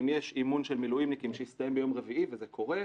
אם יש אימון של מילואימניקים שהסתיים ביום רביעי וזה קורה,